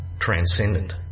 transcendent